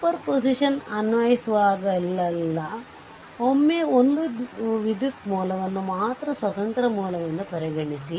super position ಅನ್ವಯಿಸುವಾಗಲೆಲ್ಲಾ ಒಮ್ಮೆ ಒಂದು ವಿದ್ಯುತ್ ಮೂಲವನ್ನು ಮಾತ್ರ ಸ್ವತಂತ್ರ ಮೂಲವೆಂದು ಪರಿಗಣಿಸಿ